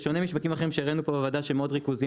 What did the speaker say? בשונה משווקים אחרים שהראינו פה בוועדה שהם מאוד ריכוזיים